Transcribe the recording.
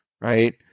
Right